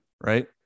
Right